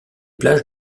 plages